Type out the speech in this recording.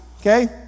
okay